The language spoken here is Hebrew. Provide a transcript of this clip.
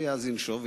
יאזין שוב.